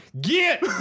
get